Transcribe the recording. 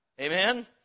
Amen